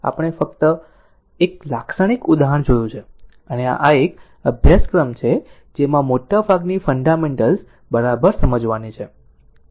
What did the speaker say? આપણે ફક્ત એક લાક્ષણિક ઉદાહરણ જોયું છે અને આ એક અભ્યાસક્રમ છે જેમાં મોટાભાગની ફંડામેન્ટલ્સ બરાબર સમજવાની છે